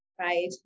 right